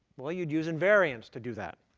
well you'd use invariants to do that.